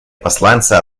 посланцы